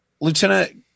Lieutenant